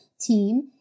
team